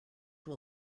will